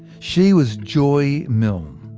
she was joy milne,